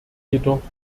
jedoch